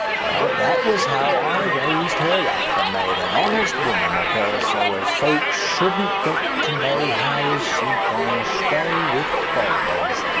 well, that was how i raised her up and made an honest woman of her, so as folks shouldn't get to know how as she'd gone astray with foreigners.